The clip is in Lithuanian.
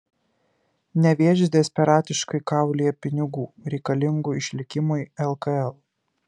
nevėžis desperatiškai kaulija pinigų reikalingų išlikimui lkl